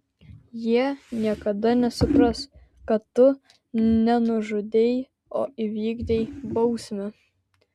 jie niekada nesupras kad tu ne nužudei o įvykdei bausmę